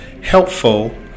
helpful